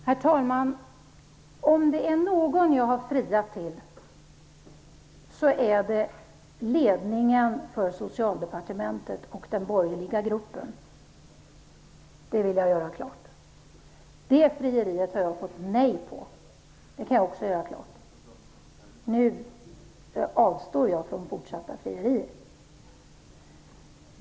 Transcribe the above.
Herr talman! Om jag har friat till någon så är det till ledningen för Socialdepartementet och den borgerliga gruppen. Det vill jag göra klart. Det frieriet har jag fått nej på. Det kan jag också göra klart. Nu avstår jag från fortsatta frierier.